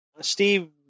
Steve